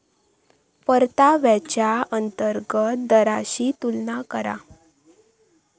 परताव्याच्या अंतर्गत दराशी तुलना करा